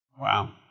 Wow